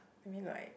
I mean like